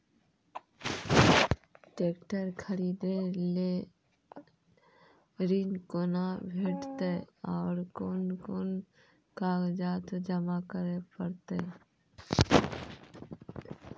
Tractor खरीदै लेल ऋण कुना भेंटते और कुन कुन कागजात जमा करै परतै?